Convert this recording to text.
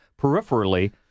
peripherally